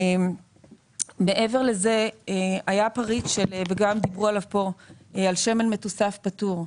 היה את השמן המתוסף שהיה עליו פטור,